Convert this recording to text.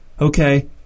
Okay